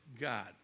God